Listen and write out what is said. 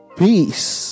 peace